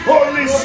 Holy